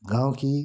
गाँव की